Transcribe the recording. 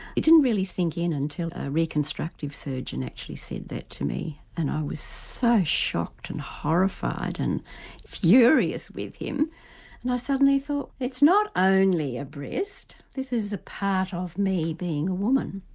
it didn't really sink in until a reconstructive surgeon actually said that to me and i was so shocked and horrified and furious with him and i suddenly thought it's not only a breast it is a part of me being a woman.